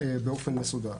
באופן מסודר.